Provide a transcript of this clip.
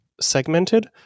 segmented